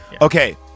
okay